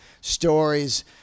stories